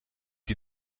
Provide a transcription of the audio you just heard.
die